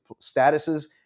statuses